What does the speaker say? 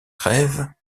rêves